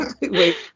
Wait